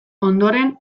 ondoren